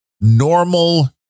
normal